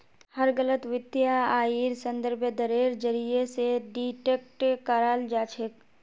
हर गलत वित्तीय आइर संदर्भ दरेर जरीये स डिटेक्ट कराल जा छेक